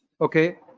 okay